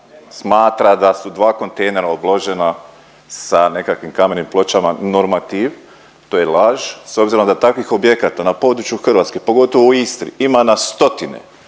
smatra da su dva kontejnera obložena sa nekakvim kamenim pločama normativ. To je laž s obzirom da takvih objekata na području Hrvatske pogotovo u Istri ima na stotine